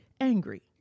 angry